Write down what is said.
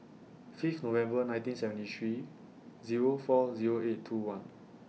Fifth November nineteen seventy three Zero four Zero eight two one